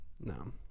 No